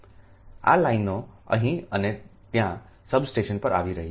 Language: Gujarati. આ લાઇનો અહીં અને ત્યાં સબ સ્ટેશન પર આવી રહી છે